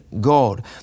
God